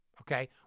Okay